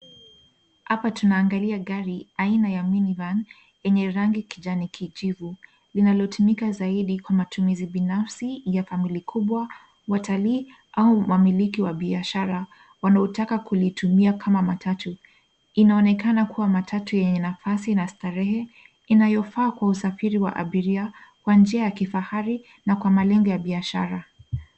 Hapa tunaangalia gari aina ya mini-van yenye rangi kijani kijivu linalotumika zaidi kwa matumizi binafsi ya kamili kubwa, watalii au mamiliki wa biashara wanaotaka kulitumia kama matatu. Inaonekana kuwa matatu yenye nafasi na yenye starehe inayofaa kwa usafiri wa abiria kwa njia ya kifahari na kwa makengo ya biashara.